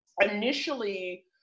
initially